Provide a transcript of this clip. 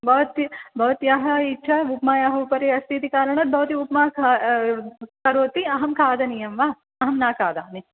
भवती भवत्याः इच्छा उप्मायाः उपरि अस्ति इति कारणात् भवती उप्मा करोति अहं खादनीयं वा अहं न खादामि